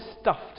stuffed